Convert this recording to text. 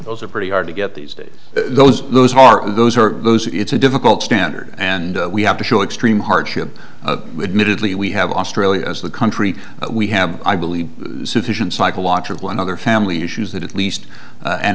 those are pretty hard to get these days those those are those are those it's a difficult standard and we have to show extreme hardship admittedly we have australia as the country we have i believe sufficient psychological and other family issues that at least